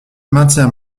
maintiens